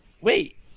wait